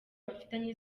bafitanye